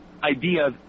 idea